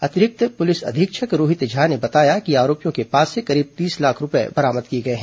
अतिरिक्त पुलिस अधीक्षक रोहित झा ने बताया कि आरोपियों के पास से करीब तीस लाख रूपए बरामद किए गए हैं